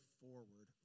forward